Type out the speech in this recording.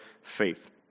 Faith